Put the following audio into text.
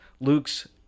Luke's